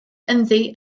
ynddi